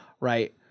right